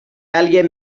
alguien